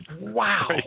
Wow